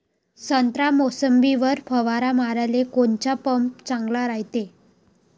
संत्रा, मोसंबीवर फवारा माराले कोनचा पंप चांगला रायते?